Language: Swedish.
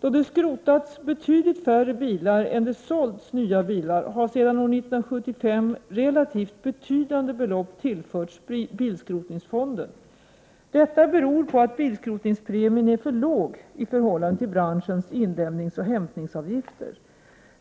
Då det skrotats betydligt färre bilar än det sålts nya bilar har sedan år 1975 relativt betydande belopp tillförts bilskrotningsfonden. Detta beror på att bilskrotningspremien är för låg i förhållande till branschens inlämningsoch hämtningsavgifter.